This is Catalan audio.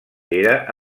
era